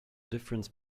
difference